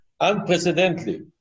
unprecedentedly